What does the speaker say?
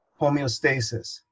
homeostasis